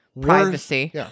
privacy